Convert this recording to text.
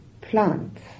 plants